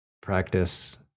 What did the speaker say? practice